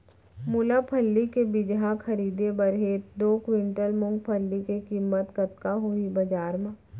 मोला फल्ली के बीजहा खरीदे बर हे दो कुंटल मूंगफली के किम्मत कतका होही बजार म?